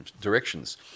directions